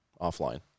offline